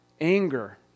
anger